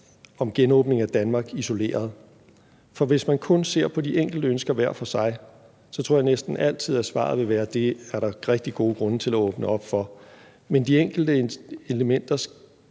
en genåbning af Danmark isoleret, for hvis man kun ser på de enkelte ønsker hver for sig, tror jeg næsten altid, at svaret vil være, at det er der rigtig gode grunde til at åbne op for. Men de enkelte elementer